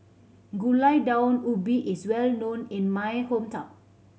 Gulai Daun Ubi is well known in my hometown